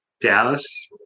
Dallas